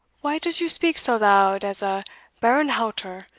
why does you speak so loud as a baarenhauter,